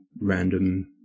random